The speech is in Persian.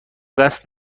قصد